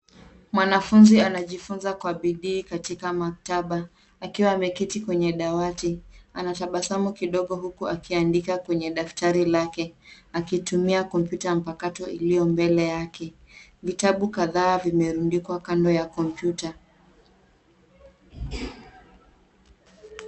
Mwanafunzi anajifunza kwa bidii katika maktaba akiwa ameketi kwenye dawati. Anatabasamu kidogo huku akiandika kwenye daftari lake akitumia kompyuta mpakato ilio mbele yake. Vitabu kadhaa vimerundikwa kando ya kompyuta.